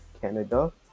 Canada